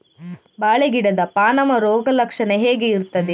ಬಾಳೆ ಗಿಡದ ಪಾನಮ ರೋಗ ಲಕ್ಷಣ ಹೇಗೆ ಇರ್ತದೆ?